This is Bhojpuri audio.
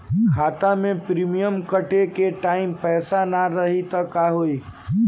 खाता मे प्रीमियम कटे के टाइम पैसा ना रही त का होई?